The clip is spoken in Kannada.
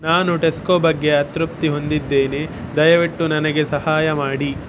ನಾನು ಟೆಸ್ಕೊ ಬಗ್ಗೆ ಅತೃಪ್ತಿ ಹೊಂದಿದ್ದೇನೆ ದಯವಿಟ್ಟು ನನಗೆ ಸಹಾಯ ಮಾಡಿ